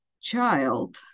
child